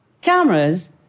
Cameras